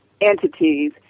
entities